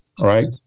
right